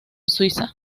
suiza